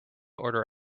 order